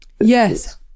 Yes